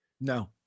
no